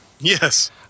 Yes